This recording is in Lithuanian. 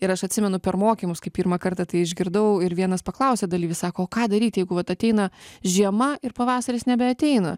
ir aš atsimenu per mokymus kai pirmą kartą tai išgirdau ir vienas paklausė dalyvis sako o ką daryt jeigu vat ateina žiema ir pavasaris nebeateina